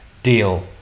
deal